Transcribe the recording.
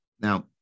Now